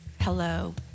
hello